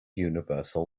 universal